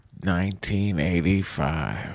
1985